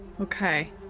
Okay